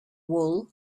wool